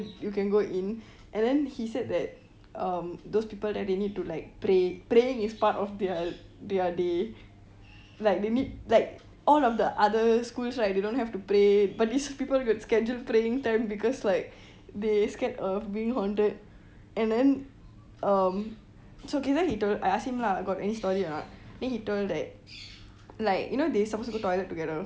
you can go in and then he said that um those people there they need to like pray praying is part of their their day like they need like all of the other schools right they don't have to pray but this people got schedule praying time because like they scared of being haunted and then um so okay then he told I ask him ah got any story or not then he told that like you know they supposed to go toilet together